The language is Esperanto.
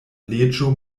leĝo